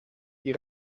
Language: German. die